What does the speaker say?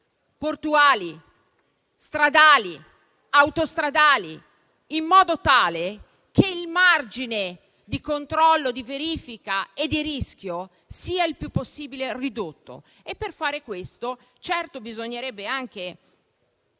portuali, stradali, autostradali), in modo tale che il margine di controllo, di verifica e di rischio sia il più possibile ridotto. Per fare questo, certo bisognerebbe andare